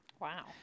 Wow